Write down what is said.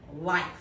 life